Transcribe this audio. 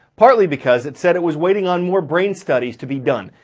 partly because it said it was waiting on more brain studies to be done.